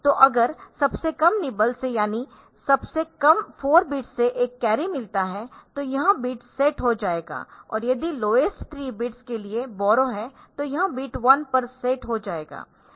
तो अगर सबसे कम निबल से यानी सबसे कम 4 बिट्स से एक कैरी मिलता है तो यह बिट सेट हो जाएगा या यदि लोएस्ट 3 बिट्स के लिए बॉरो है तो यह बिट 1 पर सेट हो जाएगा